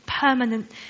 permanent